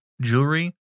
jewelry